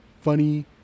funny